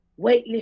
weightlifting